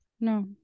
no